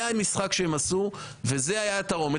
זה המשחק שהם עשו ועל זה היתה התרעומת.